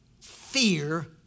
fear